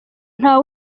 nta